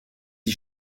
d’y